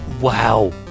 Wow